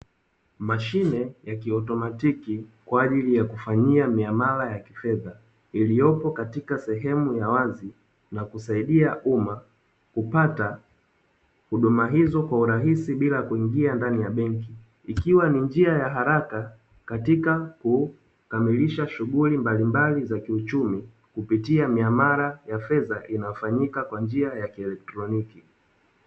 Mashine ya ki automatiki kwa ajili ya kufanyia miamala ya kifedha, iliyopo katika sehemu ya wazi na kusaidia umma kupata huduma hizo kwa urahisi bila kuingia ndani ya benki. Ikiwa ni njia ya haraka katika kukamilisha shughuli mbalimbali za kiuchumi kupitia miamala ya fedha inayofanyika kwa njia ya kielektroniki.